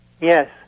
Yes